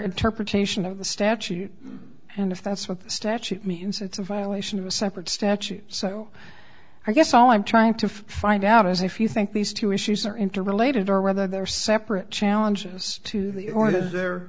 interpretation of the statute and if that's what the statute means it's a violation of a separate statute so i guess all i'm trying to find out is if you think these two issues are interrelated or whether they're separate challenges to